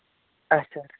اَچھا